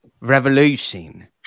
revolution